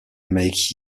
make